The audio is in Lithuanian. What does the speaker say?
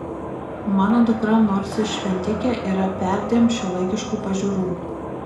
mano dukra nors ir šventikė yra perdėm šiuolaikiškų pažiūrų